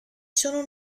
sono